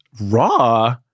raw